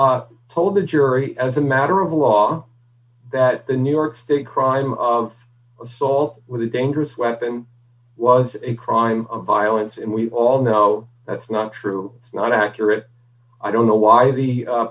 told the jury as a matter of law that the new york state crime of assault with a dangerous weapon was a crime of violence and we all know that's not true not accurate ready i don't know why the